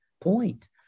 point